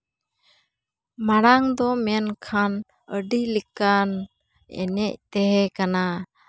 ᱢᱟᱲᱟᱝ ᱫᱚ ᱢᱮᱱᱠᱷᱟᱱ ᱟᱹᱰᱤ ᱞᱮᱠᱟᱱ ᱮᱱᱮᱡ ᱛᱟᱦᱮᱸ ᱠᱟᱱᱟ